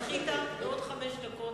זכית בעוד חמש דקות,